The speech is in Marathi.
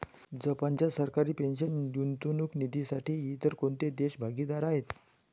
जपानच्या सरकारी पेन्शन गुंतवणूक निधीसाठी इतर कोणते देश भागीदार आहेत?